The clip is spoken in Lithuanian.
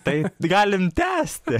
tai galim tęsti